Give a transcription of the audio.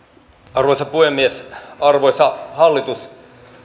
arvoisa puhemies arvoisa hallitus